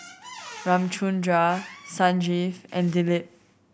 Ramchundra Sanjeev and Dilip